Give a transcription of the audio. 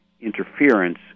interference